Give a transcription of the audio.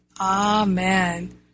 Amen